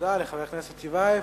תודה לחבר הכנסת טיבייב.